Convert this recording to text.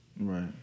Right